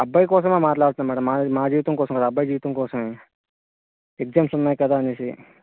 అబ్బాయి కోసమే మాట్లాడుతున్నా మేడం మా మా జీవితం కోసం కాదు అబ్బాయి జీవితం కోసమే ఎగ్జామ్స్ ఉన్నాయి కదా అనేసి